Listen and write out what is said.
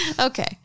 Okay